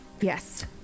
Yes